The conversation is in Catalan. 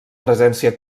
presència